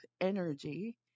energy